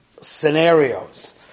scenarios